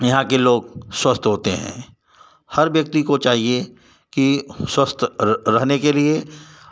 यहाँ के लोग स्वस्थ होते हैं हर व्यक्ति को चाहिए कि स्वस्थ रहने के लिए